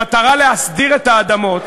במטרה להסדיר את האדמות,